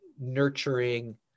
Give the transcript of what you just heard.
nurturing